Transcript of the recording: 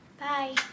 Bye